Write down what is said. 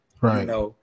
Right